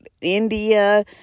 india